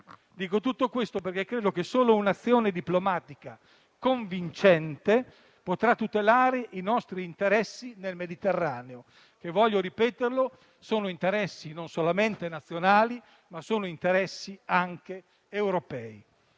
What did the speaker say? Dico tutto questo perché credo che solo un'azione diplomatica convincente potrà tutelare i nostri interessi nel Mediterraneo, che - voglio ripeterlo - sono non solamente nazionali, ma anche europei.